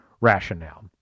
rationale